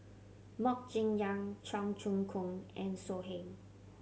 Mok Ying Jang Cheong Choong Kong and So Heng